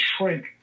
shrink